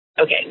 Okay